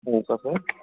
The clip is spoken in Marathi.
हो का सर